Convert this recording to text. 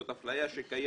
זאת אפליה שקיימת.